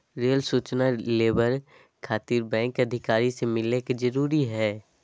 Rail सूचना labour खातिर bank अधिकारी से मिलक जरूरी है?